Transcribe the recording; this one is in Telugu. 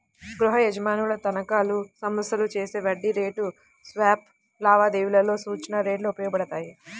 గృహయజమానుల తనఖాలు, సంస్థలు చేసే వడ్డీ రేటు స్వాప్ లావాదేవీలలో సూచన రేట్లు ఉపయోగపడతాయి